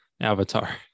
avatar